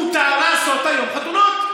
מותר לעשות היום חתונות.